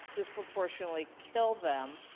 disproportionately kill them,